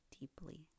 deeply